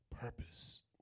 purpose